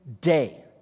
day